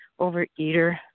overeater